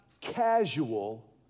casual